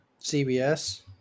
CBS